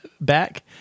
back